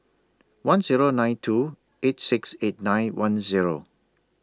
one Zero nine two eight six eight nine one Zero